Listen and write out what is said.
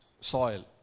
soil